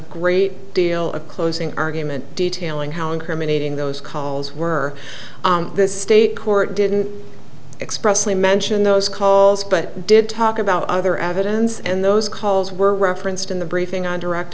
great deal a closing argument detailing how incriminating those calls were the state court didn't expressly mention those calls but did talk about other evidence and those calls were referenced in the briefing on direct